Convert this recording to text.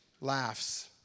laughs